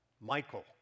Michael